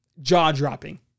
jaw-dropping